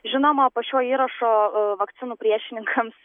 žinoma po šio įrašo a vakcinų priešininkams